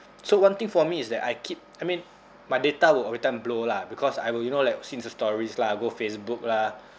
so one thing for me is that I keep I mean my data will every time blow lah because I will you know like see the stories lah go facebook lah